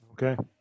Okay